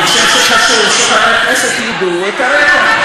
אני חושב שחשוב שחברי הכנסת ידעו את הרקע,